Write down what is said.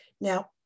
Now